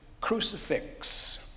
crucifix